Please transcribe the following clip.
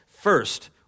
First